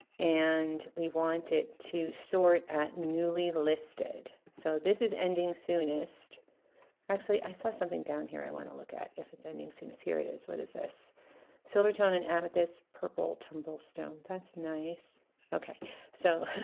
and we want it to sort at newly listed so this is ending soonest actually i saw something down here i want to look at if it's ending soon as here it is what is this silvertone and amethyst purple tumblestone that's nice okay so